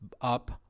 up